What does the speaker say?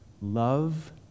love